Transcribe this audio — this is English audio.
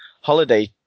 Holiday